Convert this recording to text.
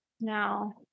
No